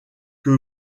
que